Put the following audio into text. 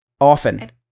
Often